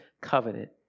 covenant